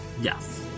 Yes